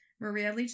Maria